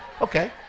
Okay